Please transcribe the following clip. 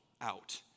out